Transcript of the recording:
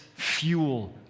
fuel